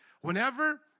whenever